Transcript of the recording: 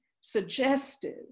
suggestive